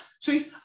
see